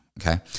okay